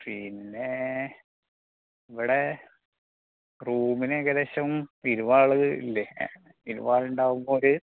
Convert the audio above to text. പിന്നേ ഇവിടെ റൂമിന് ഏകദേശം ഇരുപതാള് ഇല്ലേ എ ഇരുപത് ആളുണ്ടാകുമ്പോൾ ഒര്